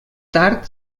tard